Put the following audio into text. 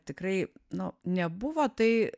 tikrai nu nebuvo tai